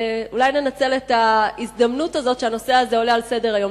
אולי ננצל את ההזדמנות הזאת שהנושא הזה עולה על סדר-היום.